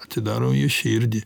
atidaro jo širdį